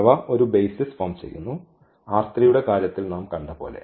അവ ഒരു basis form ചെയ്യുന്നു യുടെ കാര്യത്തിൽ നാം കണ്ട പോലെ